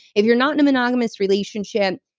if you're not in a monogamous relationship,